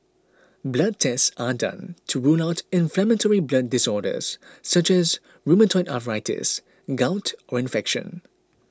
blood tests are done to rule out inflammatory blood disorders such as rheumatoid arthritis gout or infection